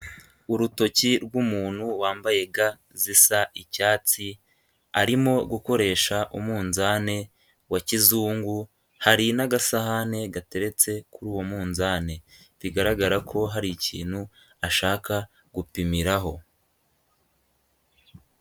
Urutoki rw'umuntu wambaye ga zisa icyatsi arimo gukoresha umunzani wa kizungu hari n'agasahane gateretse kuri uwo munzane, bigaragara ko hari ikintu ashaka gupimiraho.